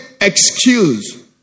excuse